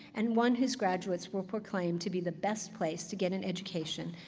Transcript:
and one whose graduates will proclaim to be the best place to get an education,